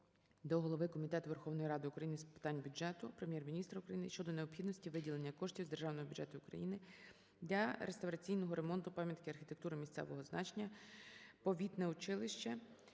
до Голови Комітету Верховної Ради України з питань бюджету, Прем'єр-міністра України щодо необхідності виділення коштів з Державного бюджету України для реставраційного ремонту пам'ятки архітектури місцевого значення "Повітне училище"